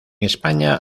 españa